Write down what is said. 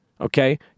okay